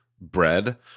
bread